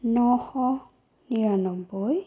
নশ নিৰান্নব্বৈ